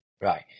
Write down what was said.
Right